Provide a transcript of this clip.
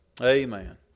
Amen